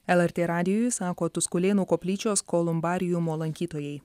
lrt radijui sako tuskulėnų koplyčios kolumbariumo lankytojai